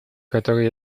которой